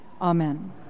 Amen